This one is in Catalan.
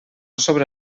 sobre